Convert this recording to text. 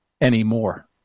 anymore